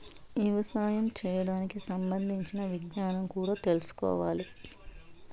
యవసాయం చేయడానికి సంబంధించిన విజ్ఞానం కూడా తెల్సుకోవాలి